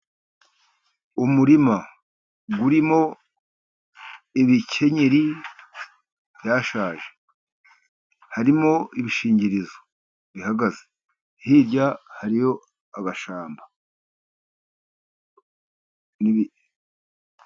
Umurima urimo ibikenyeri byashaje. Harimo ibishingirizo bihagaze, hirya hariyo agashyamba.